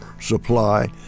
supply